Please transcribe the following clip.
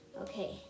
Okay